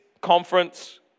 conference